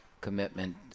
commitment